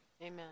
Amen